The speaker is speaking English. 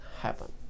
happen